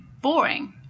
boring